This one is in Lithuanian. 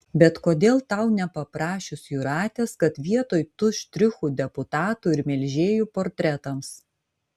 bet kodėl tau nepaprašius jūratės kad vietoj tų štrichų deputatų ir melžėjų portretams